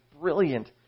brilliant